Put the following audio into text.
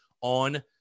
on